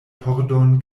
pordon